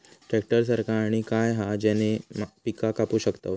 Tractor सारखा आणि काय हा ज्याने पीका कापू शकताव?